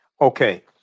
Okay